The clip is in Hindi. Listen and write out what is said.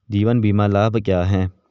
जीवन बीमा लाभ क्या हैं?